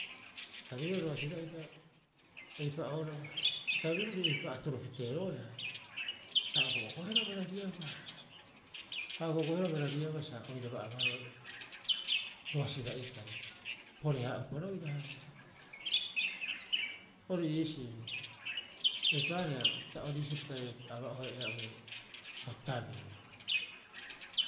Ta ruihara roasira'ita eipa'ooraba, bo tabirirori eipa atoro piteeroeaa, ta ogo'ogoehara barariabaa. Ta ogo'ogoehara barariaba sa oiaba abaroe roasira'itai, porehaa'upa roira haia. Ori iisio hioko'i. Eipaareha ori iisi pita aba'ohe ea'ure bo tabeo.